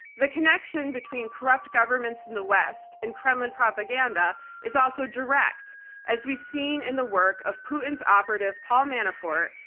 the connection between corrupt governments in the west and kremlin propaganda is also direct as we've seen in the work of putin's operative, paul manafort,